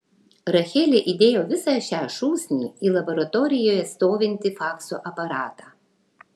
rachelė įdėjo visą šią šūsnį į laboratorijoje stovintį fakso aparatą